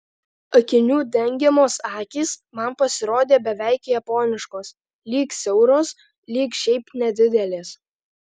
akinių dengiamos akys man pasirodė beveik japoniškos lyg siauros lyg šiaip nedidelės